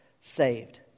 saved